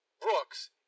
Brooks